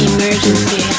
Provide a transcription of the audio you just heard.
Emergency